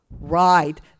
Right